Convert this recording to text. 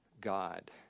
God